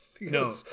No